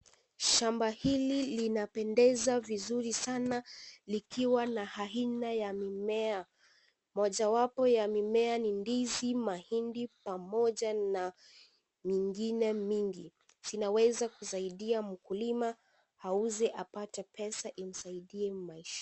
Shamba hili linapendeza vizuri sana. Likiwa na haina ya mimea. Mojawapo ya mimea ni ndizi, mahindi pamoja na mingine mingi. Zinaweza kusaidia mkulima auze apate pesa, imsaidie maisha.